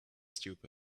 stupid